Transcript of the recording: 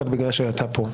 אבל בגלל שאתה פה,